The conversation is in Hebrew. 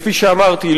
כפי שאמרתי,